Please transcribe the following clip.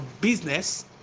business